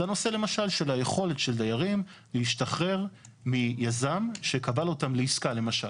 זה הנושא למשל של היכולת של דיירים להשתחרר מיזם שכבל אותם לעסקה למשל.